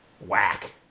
Whack